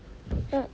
mm